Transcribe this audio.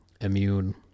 immune